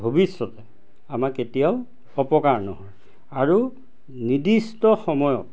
ভৱিষ্যতে আমাৰ কেতিয়াও অপকাৰ নহয় আৰু নিৰ্দিষ্ট সময়ত